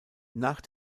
nach